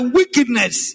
wickedness